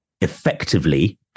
effectively